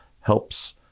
helps